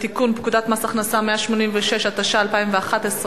לתיקון פקודת מס הכנסה (מס' 186), התשע"א 2011,